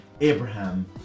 abraham